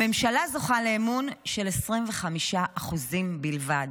הממשלה זוכה לאמון של 25% בלבד,